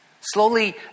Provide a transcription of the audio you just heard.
Slowly